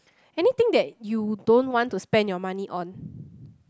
anything that you don't want to spend your money on